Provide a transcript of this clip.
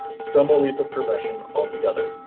some will leave the profession altogether.